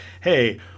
hey